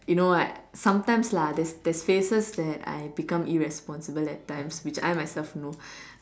you know what sometimes lah there's phases that I become irresponsible at times which I myself know